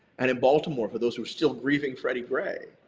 and in baltimore, for those who are still grieving freddie gray,